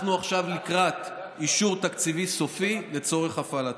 אנחנו עכשיו לקראת אישור תקציבי סופי לצורך הפעלתה.